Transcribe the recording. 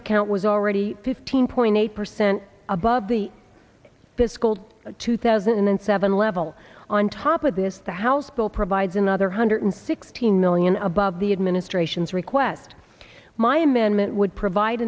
account was already fifteen point eight percent above the fiscal two thousand and seven level on top of this the house bill provides another hundred sixteen million above the administration's request my amendment would provide